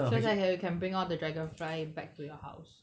so that you can bring all the dragonfly back to your house